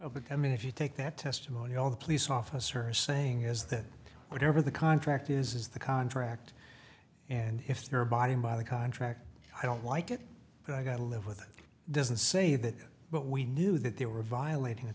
in if you take that testimony all the police officer is saying is that whatever the contract is is the contract and if they're abiding by the contract i don't like it but i gotta live with it doesn't say that but we knew that they were violating